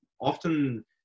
often